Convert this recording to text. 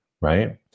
right